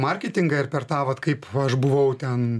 marketingą ir per tą vat kaip aš buvau ten